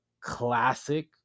classic